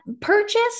purchase